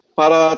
para